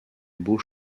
beau